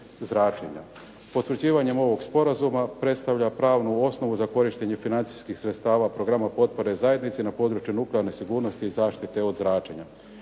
zračenja. Potvrđivanjem ovog sporazuma predstavlja pravnu osnovu za korištenje financijskih sredstava potpore zajednici na području nuklearne sigurnosti i zašite od zračenja.